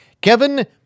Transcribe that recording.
Kevin